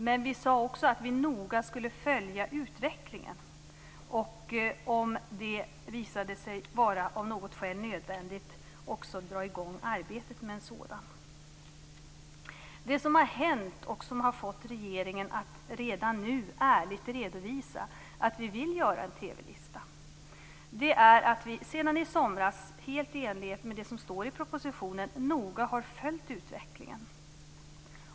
Men vi sade också att vi noga skulle följa utvecklingen och om det av något skäl visade sig vara nödvändigt dra i gång arbetet med en sådan. Det som har hänt och som har fått regeringen att redan nu ärligt redovisa att vi vill göra en TV-lista är att vi sedan i somras, helt i enlighet med det som står i propositionen, noga har följt utvecklingen.